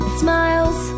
smiles